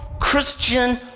Christian